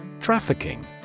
Trafficking